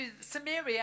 samaria